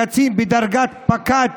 קצין בדרגת פקד,